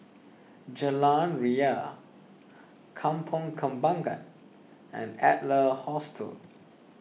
Jalan Ria Kampong Kembangan and Adler Hostel